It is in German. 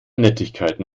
nettigkeiten